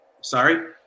sorry